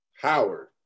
Howard